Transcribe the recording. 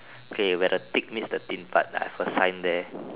k where the thick means the thin part ah first sign there